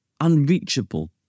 unreachable